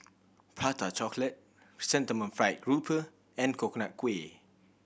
Prata Chocolate Chrysanthemum Fried Grouper and Coconut Kuih